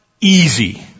easy